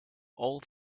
all